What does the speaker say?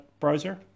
browser